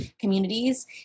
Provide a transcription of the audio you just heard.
communities